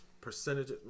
Percentage